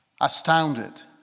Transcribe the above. astounded